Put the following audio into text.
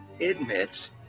admits